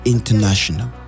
International